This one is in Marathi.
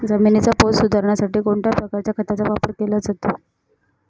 जमिनीचा पोत सुधारण्यासाठी कोणत्या प्रकारच्या खताचा वापर केला जातो?